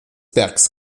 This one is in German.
bergs